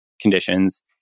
conditions